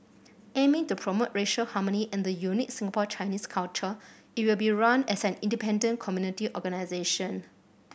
aiming to promote racial harmony and the unique Singapore Chinese culture it will be run as an independent community organisation